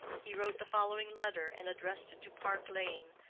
he wrote the following letter, and addressed it to park lane,